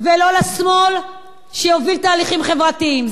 ולא לשמאל, שיובילו תהליכים חברתיים.